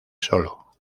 solo